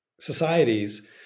societies